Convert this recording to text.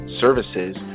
services